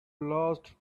last